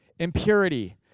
impurity